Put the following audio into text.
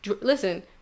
listen